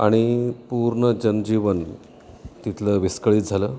आणि पूर्ण जनजीवन तिथलं विस्कळीत झालं